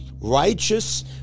Righteous